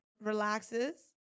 relaxes